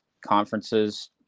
conferences